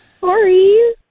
Sorry